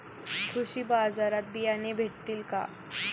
कृषी बाजारात बियाणे भेटतील का?